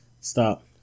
Stop